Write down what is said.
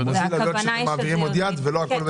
הכוונה היא שזה יוזיל.